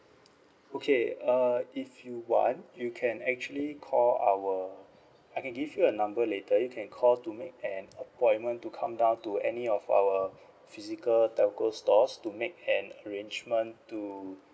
okay uh if you want you can actually call our I can give you a number later you can call to make an appointment to come down to any of our physical telco stores to make an arrangement to